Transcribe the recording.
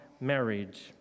marriage